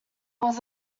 was